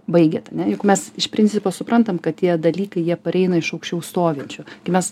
baigėt ane juk mes iš principo suprantam kad tie dalykai jie pareina iš aukščiau stovinčių kai mes